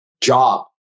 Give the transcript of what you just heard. job